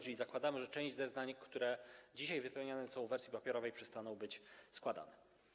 Czyli zakładamy, że część zeznań, które dzisiaj wypełniane są w wersji papierowej, przestanie być składana.